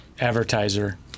advertiser